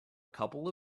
couple